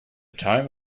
time